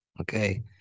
Okay